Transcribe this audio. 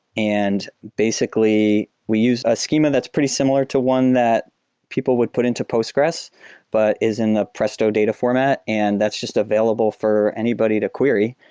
and basically, we use a schema that's pretty similar to one that people would put into postgres but is in a presto data format, and that's just available for anybody to query.